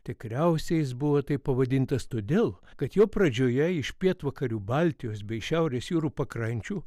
tikriausiai jis buvo taip pavadintas todėl kad jo pradžioje iš pietvakarių baltijos bei šiaurės jūrų pakrančių